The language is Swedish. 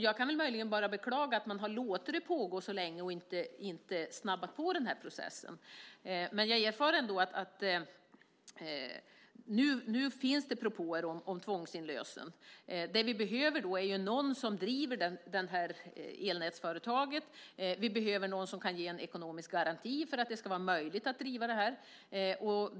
Jag kan möjligen bara beklaga att man har låtit det pågå så länge och inte har snabbat på den här processen. Men jag erfar ändå att det nu finns propåer om tvångsinlösen. Det vi behöver är någon som driver det här elnätsföretaget. Vi behöver någon som kan ge en ekonomisk garanti för att det ska vara möjligt att driva det här.